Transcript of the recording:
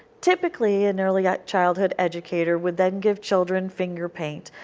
typically an early ah childhood educator would then give children finger paint,